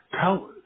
Tell